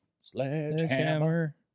Sledgehammer